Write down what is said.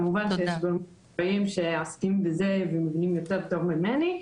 כמובן שיש גורמים מקצועיים שעוסקים בזה ומבינים יותר טוב ממני,